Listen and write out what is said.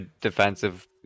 defensive